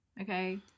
Okay